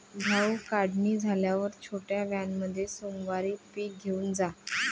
भाऊ, काढणी झाल्यावर छोट्या व्हॅनमध्ये सोमवारी पीक घेऊन जा